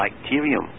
bacterium